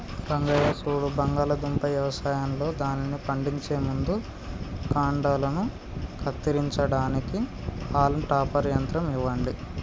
రంగయ్య సూడు బంగాళాదుంప యవసాయంలో దానిని పండించే ముందు కాండలను కత్తిరించడానికి హాల్మ్ టాపర్ యంత్రం ఇవ్వండి